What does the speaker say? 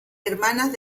hermanas